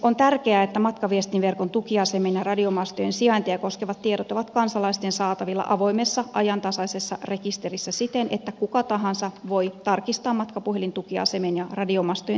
on tärkeää että matkaviestinverkon tukiasemien ja radiomastojen sijaintia koskevat tiedot ovat kansalaisten saatavilla avoimessa ajantasaisessa rekisterissä siten että kuka tahansa voi tarkistaa matkapuhelintukiasemien ja radiomastojen sijainnin